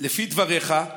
לפי דבריך,